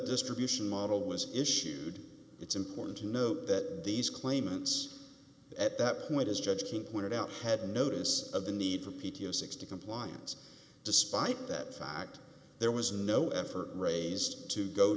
distribution model was issued it's important to know that these claimants at that point as judge can pointed out had a notice of the need for p t o sixty compliance despite that fact there was no effort raised to go